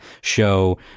show